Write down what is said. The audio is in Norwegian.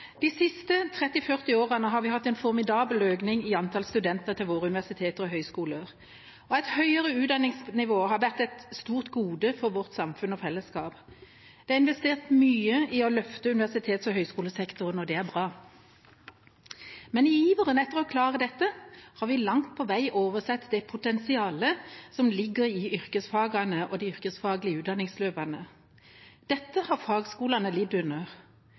hatt en formidabel økning i antall studenter ved våre universiteter og høyskoler. Et høyere utdanningsnivå har vært et stort gode for vårt samfunn og fellesskap. Det er investert mye for å løfte universitets- og høyskolesektoren, og det er bra. Men i iveren etter å klare dette har vi langt på vei oversett det potensialet som ligger i yrkesfagene og de yrkesfaglige utdanningsløpene. Dette har fagskolene lidt under.